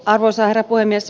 arvoisa herra puhemies